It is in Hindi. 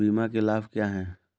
बीमा के लाभ क्या हैं?